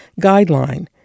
Guideline